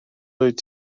wyt